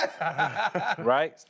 Right